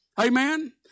amen